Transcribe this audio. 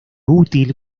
útil